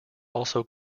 also